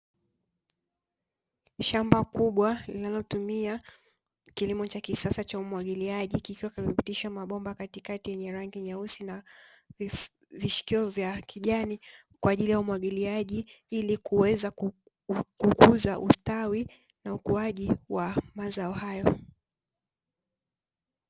Shamba kubwa linalotumia kilimo cha kisasa cha umwagiliaji kikiwa kimepitishwa mabomba katikati yenye rangi nyeusi vishikio vya kijani, kwa ajili ya umwagiliaji kuweza kukuza ustawi na ukuaji wa mazao hayo.